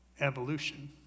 evolution